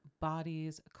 bodies